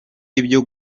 ibyo